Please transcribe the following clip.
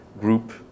group